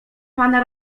pana